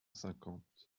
cinquante